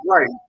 Right